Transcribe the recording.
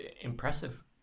impressive